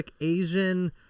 Asian